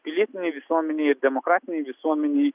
pilietinei visuomenei ir demokratinei visuomenei